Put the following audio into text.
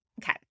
Okay